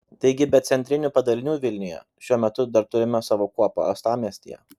taigi be centrinių padalinių vilniuje šiuo metu dar turime savo kuopą uostamiestyje